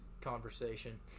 conversation